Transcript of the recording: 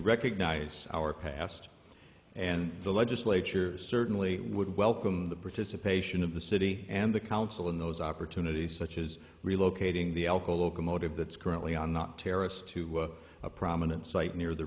recognize our past and the legislature certainly would welcome the participation of the city and the council in those opportunities such as relocating the alcoa locomotive that's currently on not terrorists to a prominent site near the